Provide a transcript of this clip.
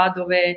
dove